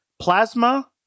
plasma